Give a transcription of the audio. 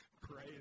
pray